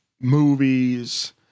movies